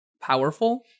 powerful